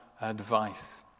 advice